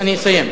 אני אסיים.